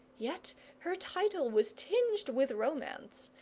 yet her title was tinged with romance,